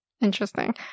Interesting